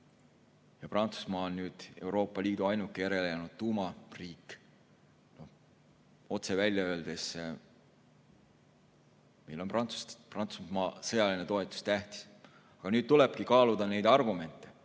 ja Prantsusmaa on nüüd Euroopa Liidu ainuke tuumariik. Otse välja öeldes: meile on Prantsusmaa sõjaline toetus tähtis. Nüüd tulebki kaaluda argumente.